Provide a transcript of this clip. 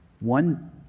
One